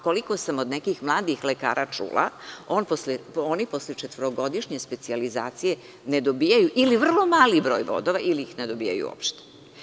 Koliko sam od nekih mladih lekara čula, oni posle četvorogodišnje specijalizacije dobijaju ili vrlo mali broj bodova ili ih ne dobijaju uopšte.